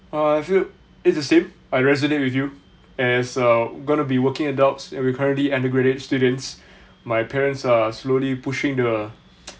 uh I feel it is the same I resonate with you as a gonna be working adults and we're currently undergraduate students my parents are slowly pushing the